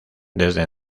desde